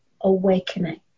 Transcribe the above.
awakening